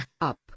up